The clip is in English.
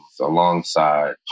alongside